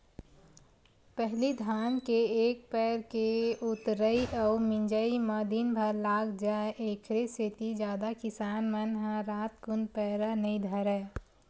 पहिली धान के एक पैर के ऊतरई अउ मिजई म दिनभर लाग जाय ऐखरे सेती जादा किसान मन ह रातकुन पैरा नई धरय